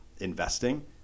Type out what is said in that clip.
investing